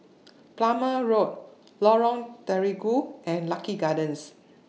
Plumer Road Lorong Terigu and Lucky Gardens